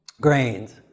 grains